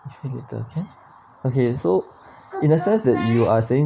okay later can okay so in a sense that you are saying